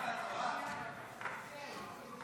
הוראת שעה) (תיקון),